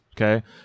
okay